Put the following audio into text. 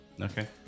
Okay